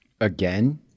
Again